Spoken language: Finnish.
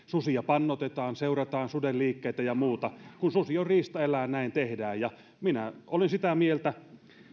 susia pannoitetaan seurataan suden liikkeitä ja muuta kun susi on riistaeläin näin tehdään ja minä olen sitä mieltä